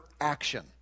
action